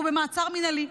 והוא במעצר מינהלי.